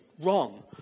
wrong